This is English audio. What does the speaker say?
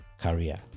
career